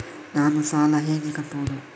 ನಾನು ಸಾಲ ಹೇಗೆ ಕಟ್ಟುವುದು?